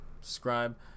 subscribe